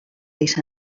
izan